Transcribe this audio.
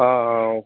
ஆ ஆ ஓகே